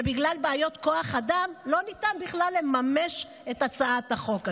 שבגלל בעיות כוח אדם לא ניתן בכלל לממש את הצעת החוק הזאת.